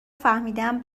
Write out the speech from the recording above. فهمیدم